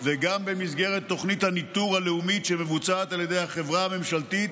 וגם במסגרת תוכנית הניטור הלאומית שמבוצעת על ידי החברה הממשלתית